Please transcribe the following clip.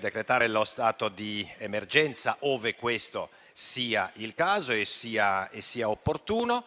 decretare lo stato di emergenza ove questo sia necessario e opportuno.